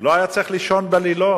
לא היה צריך לישון בלילות.